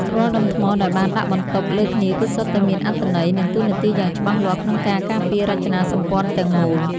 រាល់ដុំថ្មដែលបានដាក់បន្តុបលើគ្នាគឺសុទ្ធតែមានអត្ថន័យ និង តួនាទីយ៉ាងច្បាស់លាស់ក្នុងការការពាររចនាសម្ព័ន្ធទាំងមូល។